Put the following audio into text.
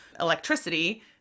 electricity